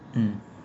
mm